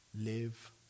live